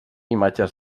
imatges